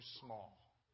small